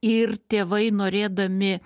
ir tėvai norėdami